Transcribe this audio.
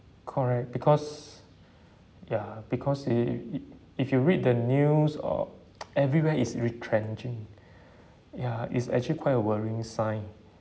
correct because ya because if if you read the news or everywhere is retrenching ya it's actually quite a worrying sign